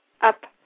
up